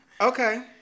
Okay